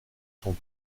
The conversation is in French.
sont